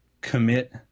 commit